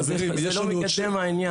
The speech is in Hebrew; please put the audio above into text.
חברים, זה לא מהעניין.